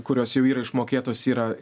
kurios jau yra išmokėtos yra